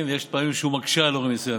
ויש פעמים שהוא מקשה על הורים מסוימים.